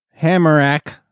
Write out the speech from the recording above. Hammerack